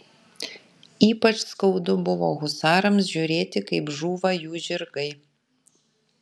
ypač skaudu buvo husarams žiūrėti kaip žūva jų žirgai